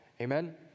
Amen